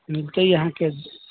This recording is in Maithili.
दूध तऽ इहाँके